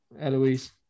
Eloise